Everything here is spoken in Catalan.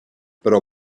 però